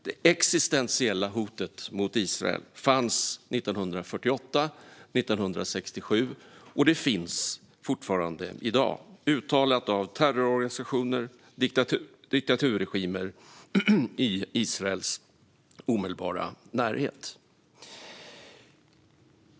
Det existentiella hotet mot Israel fanns 1948 och 1967, och det finns fortfarande i dag, uttalat av terrororganisationer och diktaturregimer i Israels omedelbara närhet.